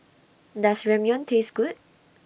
Does Ramyeon Taste Good